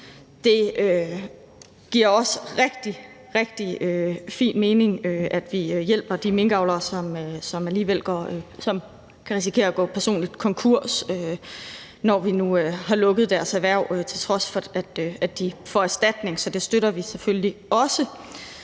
Det giver også rigtig, rigtig fin mening, at vi hjælper de minkavlere, som kan risikere at gå personligt konkurs, når vi nu har lukket deres erhverv, til trods for at de får erstatning. Så det støtter vi selvfølgelig også.